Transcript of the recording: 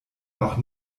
auch